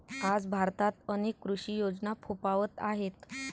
आज भारतात अनेक कृषी योजना फोफावत आहेत